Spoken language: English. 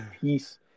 peace